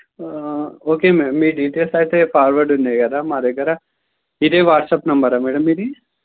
okay ma'am మీ details అయితే forward అయినాయి కదా మా దగ్గర ఇదే వాట్సప్ నెంబర్ మేడమ్ మీది